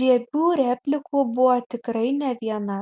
riebių replikų buvo tikrai ne viena